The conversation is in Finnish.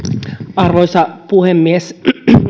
arvoisa puhemies